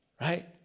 right